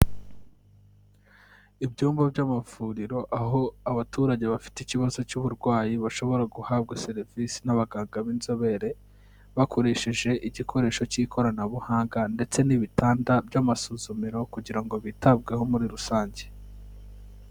Ibyumba by'amavuriro aho abaturage bafite ikibazo cy'uburwayi bashobora guhabwa serivisi n'abaganga b'inzobere, bakoresheje igikoresho cy'ikoranabuhanga ndetse n'ibitanda by'amasusumiro kugira ngo bitabweho muri rusange.